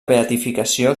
beatificació